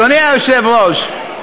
אדוני היושב-ראש,